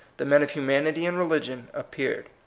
the men of humanity and religion, appeared.